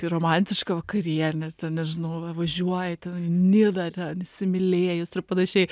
tai romantiška vakarienė ten nežinau važiuoja ten į nidą ten įsimylėjus ir panašiai